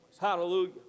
Hallelujah